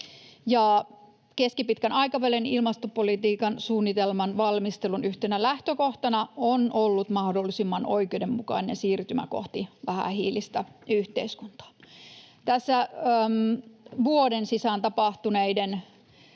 Keskipitkän aikavälin ilmastopolitiikan suunnitelman valmistelun yhtenä lähtökohtana on ollut mahdollisimman oikeudenmukainen siirtymä kohti vähähiilistä yhteiskuntaa. Tässä vuoden sisään tapahtuneiden